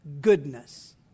goodness